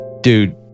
dude